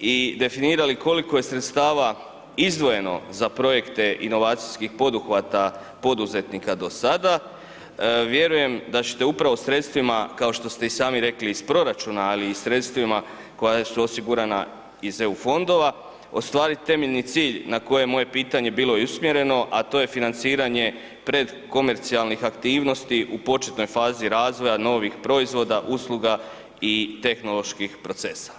i definirali koliko je sredstava izdvojeno za projekte inovacijskih poduhvata poduzetnika do sada, vjerujem da ćete upravo sredstvima kao što ste i sami rekli iz proračuna, ali i sredstvima koja su osigurana iz EU fondova ostvarit temeljni cilj na koje je moje pitanje bilo i usmjereno, a to je financiranje predkomercijalnih aktivnosti u početnoj fazi razvoja novih proizvoda, usluga i tehnoloških procesa.